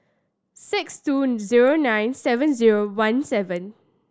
six two zero nine seven zero one seven